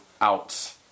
out